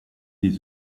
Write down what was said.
des